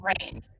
rain